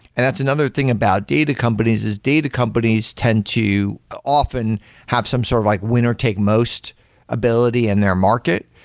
and that's another thing about a data companies, is data companies tend to often have some sort of like winner take most ability in their market.